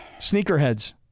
Sneakerheads